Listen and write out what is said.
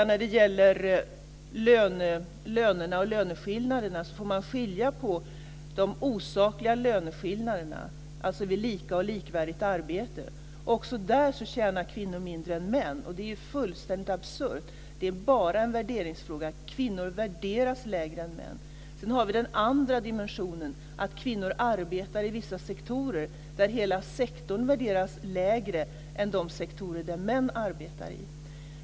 När det gäller lönerna och löneskillnaderna får man skilja ut de osakliga löneskillnaderna, alltså vid lika och likvärdigt arbete. Också där tjänar kvinnor mindre än män. Det är fullständigt absurt. Det är bara en värderingsfråga. Kvinnor värderas lägre än män. Sedan har vi den andra dimensionen, att kvinnor arbetar i vissa sektorer där hela sektorn värderas lägre än de sektorer där män arbetar i.